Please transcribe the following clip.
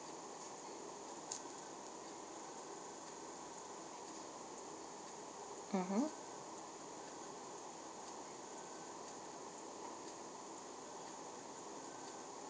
mmhmm